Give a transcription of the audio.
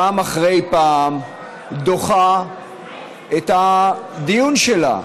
פעם אחרי פעם דוחה את הדיון שלה,